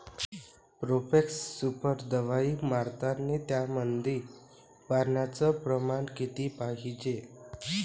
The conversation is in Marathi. प्रोफेक्स सुपर दवाई मारतानी त्यामंदी पान्याचं प्रमाण किती पायजे?